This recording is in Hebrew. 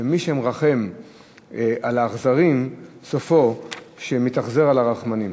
שמי שמרחם על אכזרים, סופו שמתאכזר על רחמנים.